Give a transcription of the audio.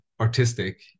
artistic